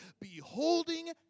Beholding